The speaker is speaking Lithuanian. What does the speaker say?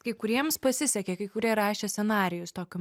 kai kuriems pasisekė kai kurie rašė scenarijus to ką